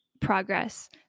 progress